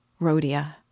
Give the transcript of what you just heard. Rhodia